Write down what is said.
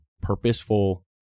purposeful